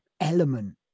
element